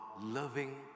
loving